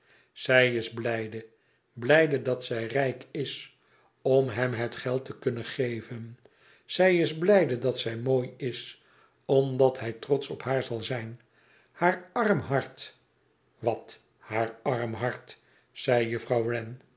zij is blijde blijde dat zij rijk is om hem het geld te kunnen geven zij is blijde dat zij mooi is omdat hij trotsch op haar zal zijn haar arm hart wat haar arm hart zei juffrouw